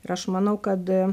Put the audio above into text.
ir aš manau kad